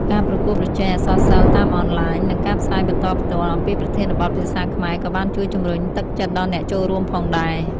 ការប្រកួតប្រជែងអក្សរសិល្ប៍តាមអនឡាញ និងការផ្សាយបន្តផ្ទាល់ អំពីប្រធានបទភាសាខ្មែរ ក៏បានជួយជំរុញទឹកចិត្តដល់អ្នកចូលរួមផងដែរ។